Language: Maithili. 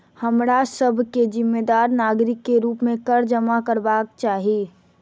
हमरा सभ के जिम्मेदार नागरिक के रूप में कर जमा करबाक चाही